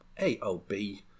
AOB